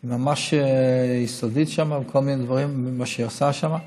היא ממש יסודית שם, וכל מיני דברים היא עושה שם.